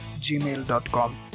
gmail.com